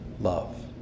love